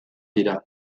dira